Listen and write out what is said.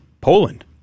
Poland